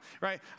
right